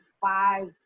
five